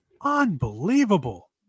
Unbelievable